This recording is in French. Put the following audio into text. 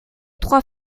trois